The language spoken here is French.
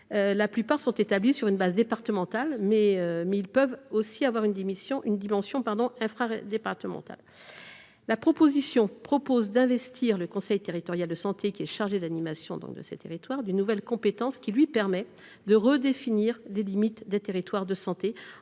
territoires sont établis sur une base départementale, mais ils peuvent aussi avoir une dimension infradépartementale. La proposition de loi prévoit de donner au conseil territorial de santé, qui est chargé de l’animation de ces territoires, une nouvelle compétence et de lui permettre de redéfinir les limites des territoires de santé,